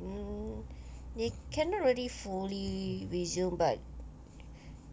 mm they cannot already fully resume but